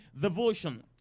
devotion